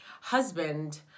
husband